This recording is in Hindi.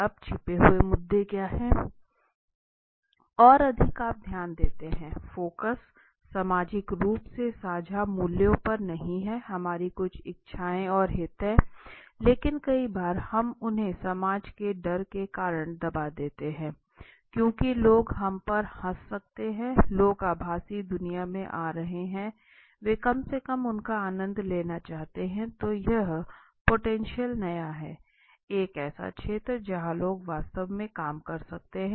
अब छिपे हुए मुद्दे क्या हैं अब यदि आप ध्यान देते हैं फोकस सामाजिक रूप से साझा मूल्यों पर नहीं है हमारी कुछ इच्छाएं और हित हैं लेकिन कई बार हम उन्हें समाज के डर के कारण दबा देते हैं क्योंकि लोग हम पर हंस सकते हैं लोग आभासी दुनिया में आ रहे हैं वे कम से कम उनका आनंद लेना चाहते हैं तो यह पोटेंशियल नया हैं एक ऐसा क्षेत्र है जहां लोग वास्तव में काम कर सकते हैं